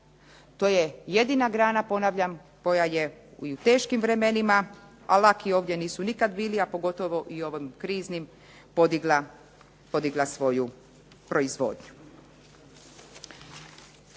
To je jedina grana ponavljam koja je u teškim vremenima, a laki ovdje nisu nikada bili a pogotovo i u ovim kriznim podigla svoju proizvodnju.